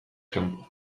kanpo